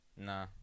Nah